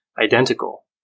identical